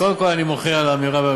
קודם כול, אני מוחה על האמירה.